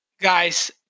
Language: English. Guys